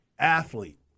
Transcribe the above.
Athlete